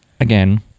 again